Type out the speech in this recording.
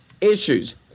issues